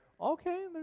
Okay